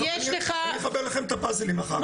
אני אחבר לכם את הפאזלים אחר כך.